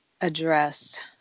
address